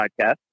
podcast